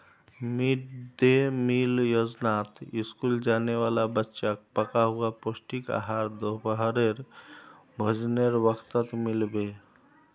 mid day meal योजनात school जाने वाला बच्चाक पका हुआ पौष्टिक आहार दोपहरेर भोजनेर वक़्तत मिल बे